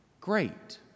great